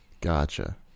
Gotcha